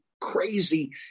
crazy